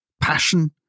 passion